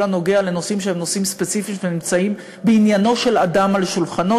הנוגע לנושאים שהם נושאים ספציפיים שנמצאים בעניינו של אדם על שולחנו,